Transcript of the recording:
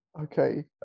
okay